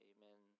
Amen